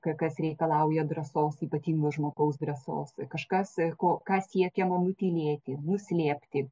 k kas reikalauja drąsos ypatingo žmogaus drąsos kažkas ko ką siekiama nutylėti nuslėpti